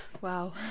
Wow